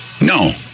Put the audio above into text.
No